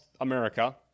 America